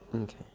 Okay